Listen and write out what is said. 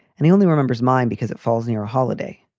and he only remembers mine because it falls near a holiday.